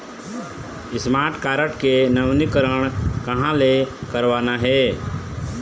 Smart card के नवीनीकरण कहां से करवाना हे?